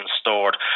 stored